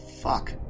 fuck